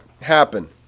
happen